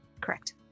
Correct